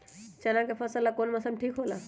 चाना के फसल ला कौन मौसम ठीक होला?